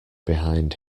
behind